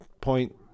point